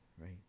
right